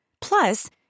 Plus